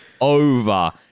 over